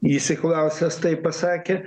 įsiklausęs tai pasakė